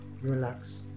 relax